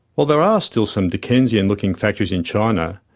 while there are still some dickensian looking factories in china,